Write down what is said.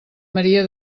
maria